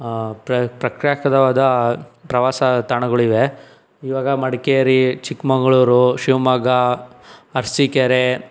ಪ್ರ ಪ್ರಖ್ಯಾತವಾದ ಪ್ರವಾಸ ತಾಣಗಳಿವೆ ಈವಾಗ ಮಡಿಕೇರಿ ಚಿಕ್ಕಮಗಳೂರು ಶಿವಮೊಗ್ಗ ಅರಸೀಕೆರೆ